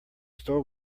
store